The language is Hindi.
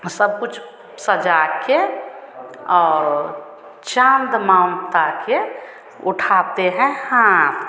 और सबकुछ सजाकर और चाँद के उठाते हैं हाथ